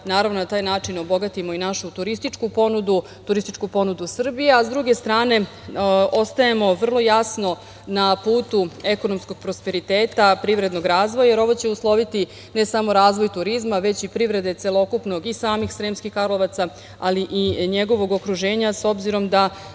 i da na taj način obogatimo i našu turističku ponudu, turističku ponudu Srbije. Sa druge strane, ostajemo vrlo jasno na putu ekonomskog prosperiteta, privrednog razvoja, jer ovo će usloviti ne samo razvoj turizma, već i privrede celokupnog i samih Sremskih Karlovaca, ali i njegovog okruženja. S obzirom na